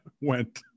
went